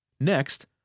Next